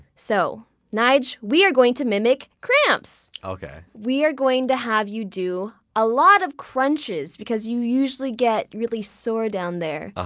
so nyge, we are going to mimic cramps! okay. we are going to have you do a lot of crunches because you usually get really sore down there.